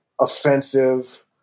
offensive